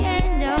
end